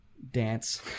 dance